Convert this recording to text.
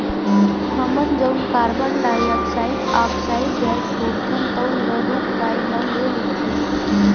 हमन जउन carbon dioxide oxide gas छोड़थन तउन ल रूख राई ह ले लेथे